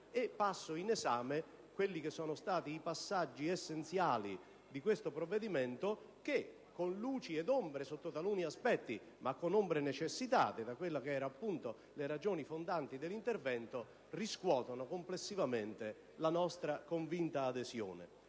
passo in esame i passaggi essenziali di questo provvedimento, che, con luci ed ombre, sotto taluni aspetti, ma con ombre necessitate da quella che era appunto la ragione fondante dell'intervento, riscuotono complessivamente la nostra convinta adesione.